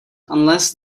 unless